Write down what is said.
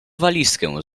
walizkę